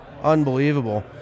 unbelievable